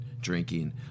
drinking